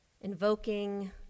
invoking